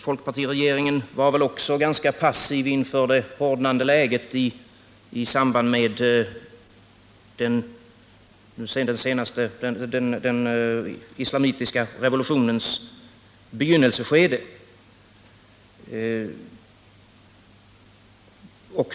Folkpartiregeringen var väl också ganska passiv inför det hårdnande läget i den islamitiska revolutionens begynnelseskede.